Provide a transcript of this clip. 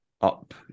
up